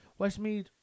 Westmead